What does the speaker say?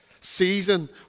season